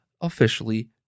officially